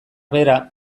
bera